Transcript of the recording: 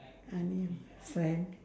any uh friend